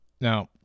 Now